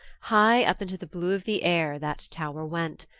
high up into the blue of the air that tower went.